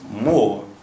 more